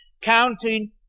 Counting